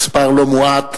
מספר לא מועט,